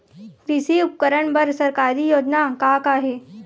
कृषि उपकरण बर सरकारी योजना का का हे?